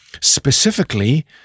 specifically